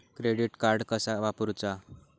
Credit card कसा वापरूचा?